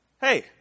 Hey